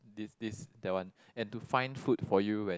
this this that one and to find food for you when